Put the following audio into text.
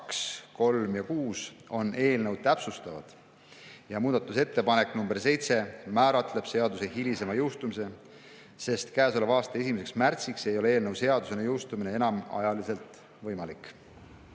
2, 3 ja 6 on eelnõu täpsustavad. Muudatusettepanek nr 7 määratleb seaduse hilisema jõustumise, sest käesoleva aasta 1. märtsil ei ole eelnõu seadusena jõustumine enam ajaliselt võimalik.